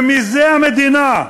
ומזה המדינה,